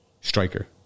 striker